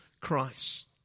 Christ